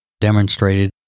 demonstrated